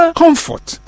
comfort